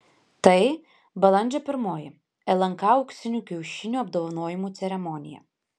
tai balandžio pirmoji lnk auksinių kiaušinių apdovanojimų ceremonija